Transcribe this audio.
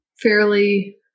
fairly